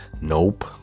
nope